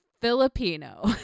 Filipino